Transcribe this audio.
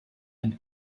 and